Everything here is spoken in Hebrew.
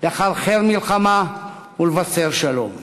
לחרחר מלחמה ולבשר שלום.